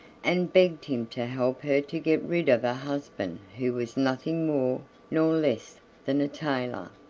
and begged him to help her to get rid of a husband who was nothing more nor less than a tailor.